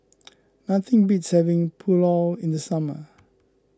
nothing beats having Pulao in the summer